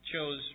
chose